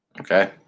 Okay